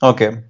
Okay